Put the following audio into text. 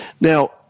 Now